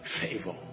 Favor